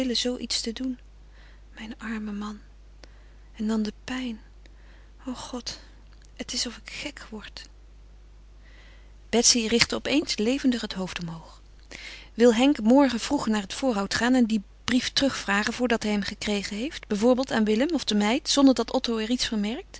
iets doen mijn arme man en dan die pijn o god het is of ik gek word betsy richtte op eens levendig het hoofd omhoog wil henk morgen vroeg naar het voorhout gaan en den brief terugvragen voordat hij hem gekregen heeft bijvoorbeeld aan willem of de meid zonder dat otto er iets